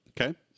Okay